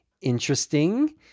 Interesting